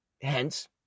hence